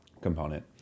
component